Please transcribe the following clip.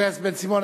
חבר הכנסת בן-סימון,